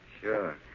sure